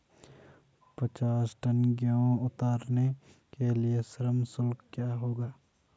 पचास टन गेहूँ उतारने के लिए श्रम शुल्क क्या होगा?